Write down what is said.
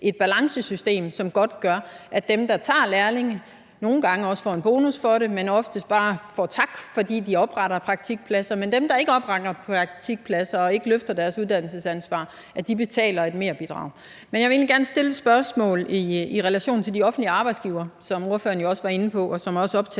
et balancesystem, som godtgør, at dem, der tager lærlinge, nogle gange også får en bonus for det, men oftest bare får tak, fordi de opretter praktikpladser, men at dem, der ikke opretter praktikpladser og ikke løfter deres uddannelsesansvar, betaler et merbidrag. Men jeg vil gerne stille et spørgsmål i relation til de offentlige arbejdsgivere, som ordføreren jo også var inde på, og som også optager